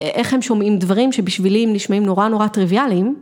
איך הם שומעים דברים שבשבילי הם נשמעים נורא נורא טריוויאליים.